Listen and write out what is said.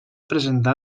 presentar